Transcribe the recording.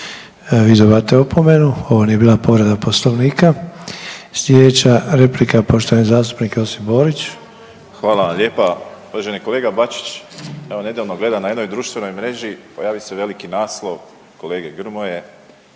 vi dobivate opomenu, ovo nije bila povreda Poslovnika. Sljedeća replika je poštovani zastupnik Josip Borić. **Borić, Josip (HDZ)** Hvala lijepa. Uvaženi kolega Bačić, evo nedavno gledam na jednoj društvenoj mreži pojavio se veliki naslov kolege Grmoje,